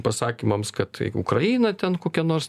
pasakymams kad ukraina ten kokia nors